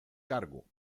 cargo